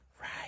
Right